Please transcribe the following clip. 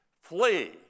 Flee